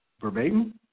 verbatim